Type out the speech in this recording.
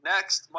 Next